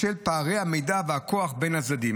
בשל פערי המידע והכוח בין הצדדים.